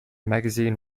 magazine